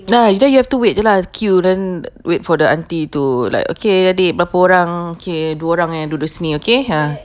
ya then you have to wait lah queue then wait for the aunty to like okay adik berapa orang okay dua orang duduk okay ah